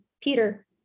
Peter